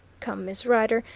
come, miss rider,